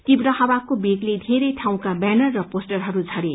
तीव्र हावाको वेगले धेरै ठाउँका वैनर र पोस्टरहरू झरे